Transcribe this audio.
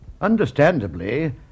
Understandably